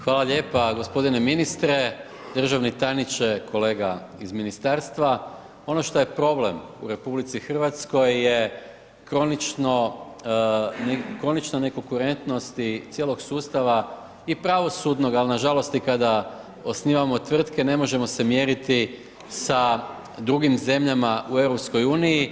Hvala lijepa gospodine ministre, državni tajniče, kolega iz ministarstva, ono šta je problem u RH je kronično, kronično ne konkurentnosti cijelog sustava i pravosudnog al nažalost i kada osnivamo tvrtke ne možemo se mjeriti sa drugim zemljama u EU.